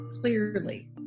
clearly